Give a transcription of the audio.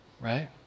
Right